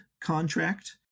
contract